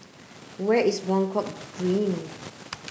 where is Buangkok